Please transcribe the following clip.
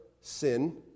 sin